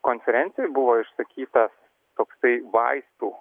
konferencijoj buvo išsakytas toksai vaistų